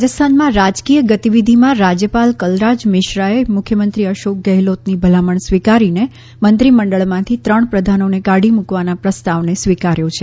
રાજસ્થાનમાં રાજકીય ગતિવિધિમાં રાજ્યપાલ કલરાજ મિશ્રાએ મુખ્યમંત્રી અશોક ગેહલોતની ભલામણ સ્વીકારીને મંત્રીમંડળમાંથી ત્રણ પ્રધાનોને કાઢી મૂકવાના પ્રસ્તાવને સ્વીકાર્યો છે